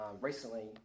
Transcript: recently